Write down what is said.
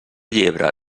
llebre